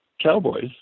cowboys